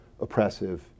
oppressive